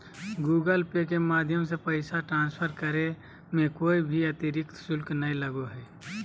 Google pay के माध्यम से पैसा ट्रांसफर करे मे कोय भी अतरिक्त शुल्क नय लगो हय